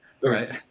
Right